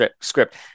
script